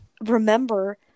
remember